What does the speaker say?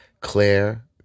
Claire